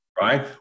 right